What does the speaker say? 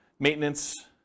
Maintenance